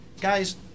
guys